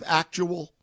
actual